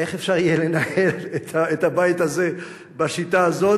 איך אפשר יהיה לנהל את הבית הזה בשיטה הזאת.